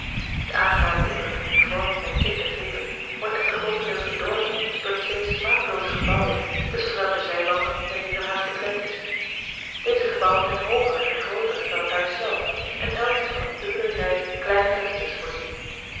de aangename indruk dien vorm en tinten geven wordt echter grootendeels bedorven door twee smakelooze gebouwen tusschen welker zijwanden het heerenhuis beklemd is deze gebouwen zijn hooger en grooter dan het huis zelf en elk is van eene dubbele rij kleine vensters voorzien